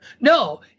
No